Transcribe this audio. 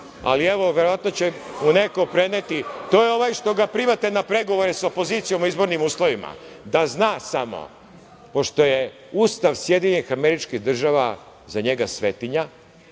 ali evo verovatno će mu neko preneti. To je ovaj što ga primate na pregovore sa opozicijom o izbornim uslovima. Da zna samo, pošto je Ustav SAD za njega svetinja,